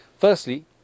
Firstly